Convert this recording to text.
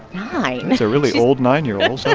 nine? that's a really old nine year old